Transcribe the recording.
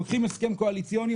לוקחים הסכם קואליציוני,